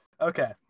Okay